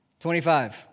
25